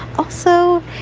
also,